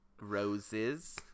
roses